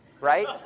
right